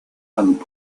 and